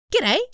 G'day